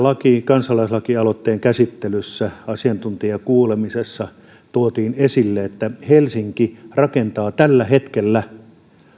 kansalaislakialoitteen käsittelyssä asiantuntijakuulemisessa tuotiin esille että helsinki rakentaa tällä hetkellä asuntoalueita